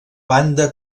banda